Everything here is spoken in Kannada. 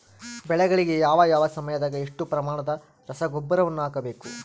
ಬೆಳೆಗಳಿಗೆ ಯಾವ ಯಾವ ಸಮಯದಾಗ ಎಷ್ಟು ಪ್ರಮಾಣದ ರಸಗೊಬ್ಬರವನ್ನು ಹಾಕಬೇಕು?